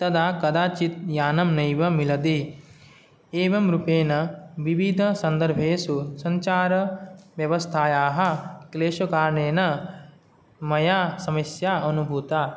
तदा कदाचित् यानं नैव मिलति एवं रूपेण विविध सन्दर्भेषु सञ्चारव्यवस्थायाः क्लेशकारणेन मया समस्या अनुभूता